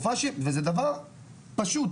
וזה דבר פשוט.